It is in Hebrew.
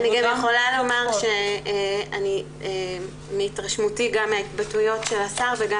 אני גם יכולה לומר שמהתרשמותי גם מההתבטאויות של השר וגם